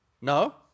No